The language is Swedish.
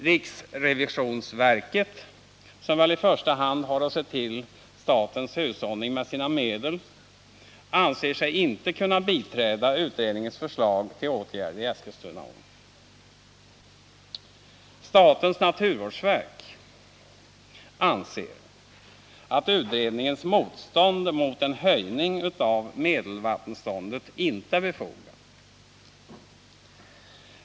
Riksrevisionsverket, som väl i första hand har att se till att staten hushållar med sina medel, anser sig inte kunna biträda utredningens förslag till åtgärder i Eskilstunaån. Statens naturvårdsverk anser att utredningens motstånd mot en höjning av medelvattenståndet inte är befogat.